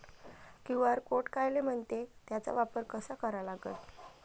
QR code कायले म्हनते, त्याचा वापर कसा करा लागन?